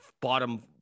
bottom